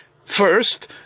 First